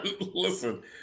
listen